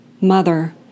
mother